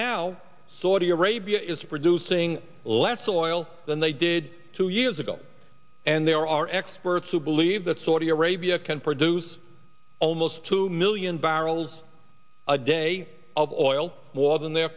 now saudi arabia is producing less oil than they did two years ago and there are experts who believe that saudi arabia can produce almost two million barrels a day of oil was and the